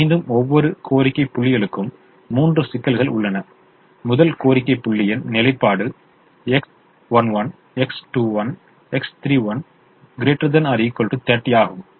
எனவே மீண்டும் ஒவ்வொரு கோரிக்கை புள்ளிகளுக்கும் மூன்று சிக்கல்கள் உள்ளன முதல் கோரிக்கை புள்ளியின் நிலைப்பாடு X11 X21 X31 ≥ 30 ஆகும்